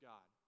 God